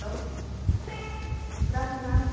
hello good afternoon ma'am